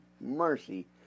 mercy